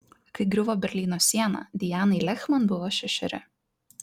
kai griuvo berlyno siena dianai lehman buvo šešeri